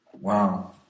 Wow